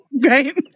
Great